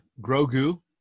Grogu